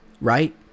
right